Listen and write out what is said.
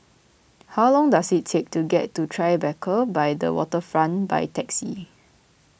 how long does it take to get to Tribeca by the Waterfront by taxi